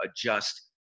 adjust